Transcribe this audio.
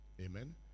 Amen